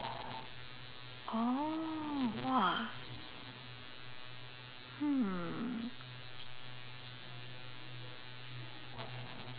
oh !wah! hmm